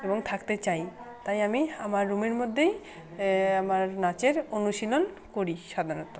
এবং থাকতে চাই তাই আমি আমার রুমের মধ্যেই আমার নাচের অনুশীলন করি সাধারণত